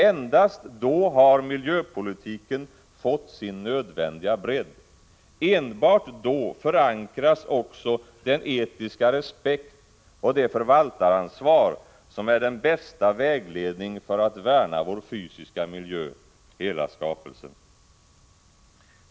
Endast då har miljöpolitiken fått sin nödvändiga bredd, enbart då förankras också den etiska respekt och det förvaltaransvar som är den bästa vägledning för att värna vår fysiska miljö, hela skapelsen.